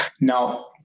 Now